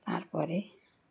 তারপরে